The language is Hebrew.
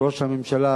ראש הממשלה,